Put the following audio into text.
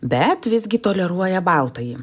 bet visgi toleruoja baltąjį